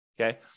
okay